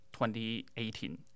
2018